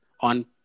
on